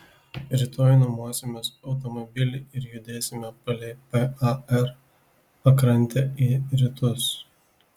rytoj nuomosimės automobilį ir judėsime palei par pakrantę į rytus